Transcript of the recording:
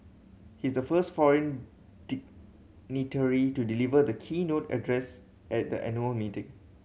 he is the first foreign dignitary to deliver the keynote address at the annual meeting